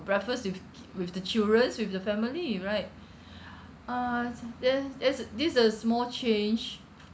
breakfast with with the children with the family right uh and then that's a this a small change